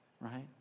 right